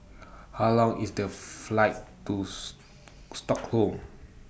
How Long IS The Flight Tooth Stockholm